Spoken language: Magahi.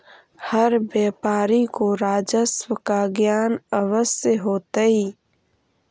हर व्यापारी को राजस्व का ज्ञान अवश्य होतई